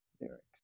lyrics